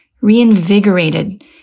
reinvigorated